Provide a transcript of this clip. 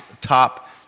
top